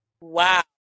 Wow